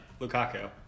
Lukaku